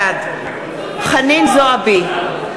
בעד חנין זועבי,